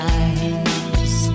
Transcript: eyes